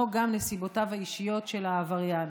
כמו גם נסיבותיו האישיות של העבריין.